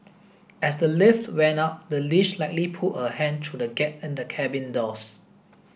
as the lift went up the leash likely pulled a hand through the gap in the cabin doors